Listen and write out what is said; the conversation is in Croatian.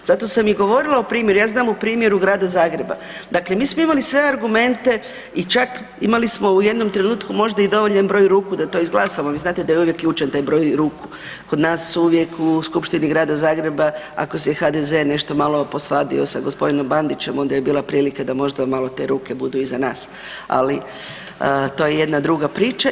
Zato sam i govorila o primjeru, ja znam o primjeru Grada Zagreba, dakle mi smo imali sve argumenta i čak imali smo u jednom trenutku možda i dovoljan broj ruku da to izglasamo, vi znate da je uvijek ključan taj broj ruku, kod nas su uvijek u Skupštini Grada Zagreba ako se HDZ nešto malo posvadio sa g. Bandićem onda je bila prilika da možda malo te ruke budu i za nas, ali to je jedna druga priča.